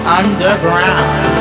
underground